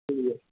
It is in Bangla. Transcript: ঠিক আছে